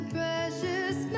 precious